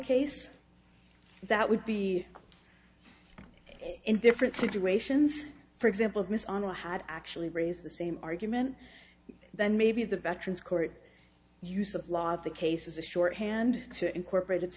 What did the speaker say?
case that would be in different situations for example of miss ana had actually raised the same argument that maybe the veterans court use a lot of the cases a shorthand to incorporate it